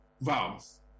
vows